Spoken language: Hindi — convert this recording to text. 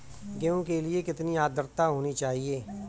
गेहूँ के लिए कितनी आद्रता होनी चाहिए?